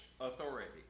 authority